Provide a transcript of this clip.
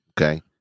Okay